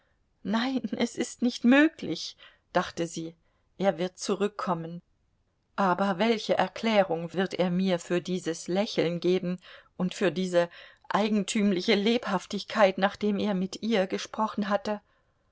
nein es ist nicht möglich dachte sie er wird zurückkommen aber welche erklärung wird er mir für dieses lächeln geben und für diese eigentümliche lebhaftigkeit nachdem er mit ihr gesprochen hatte